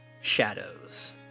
Shadows